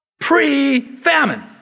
pre-famine